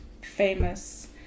famous